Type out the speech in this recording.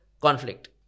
conflict